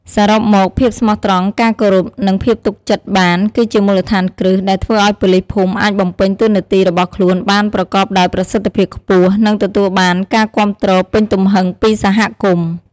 សរុបមក ភាពស្មោះត្រង់ ការគោរព និងភាពទុកចិត្តបាន គឺជាមូលដ្ឋានគ្រឹះ ដែលធ្វើឱ្យប៉ូលីសភូមិអាចបំពេញតួនាទីរបស់ខ្លួនបានប្រកបដោយប្រសិទ្ធភាពខ្ពស់ និងទទួលបានការគាំទ្រពេញទំហឹងពីសហគមន៍។